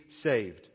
saved